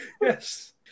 Yes